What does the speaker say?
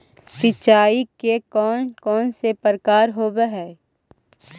सिंचाई के कौन कौन से प्रकार होब्है?